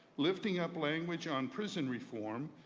lifting up language on prison reform,